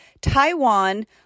Taiwan